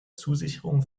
zusicherung